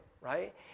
right